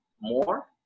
more